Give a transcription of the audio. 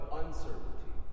uncertainty